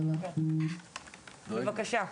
בבקשה.